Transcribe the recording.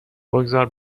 بگذار